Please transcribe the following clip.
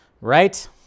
Right